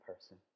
person